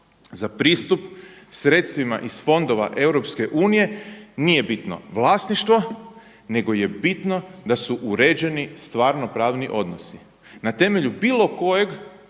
za pristup sredstvima iz fondova EU nije bitno vlasništvo nego je bitno da su uređeni stvarno pravni odnosi na temelju bilo kojeg